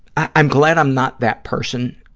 i'm glad i'm not that person,